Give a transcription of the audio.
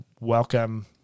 welcome